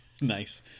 Nice